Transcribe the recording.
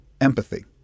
empathy